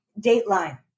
Dateline